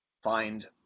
Find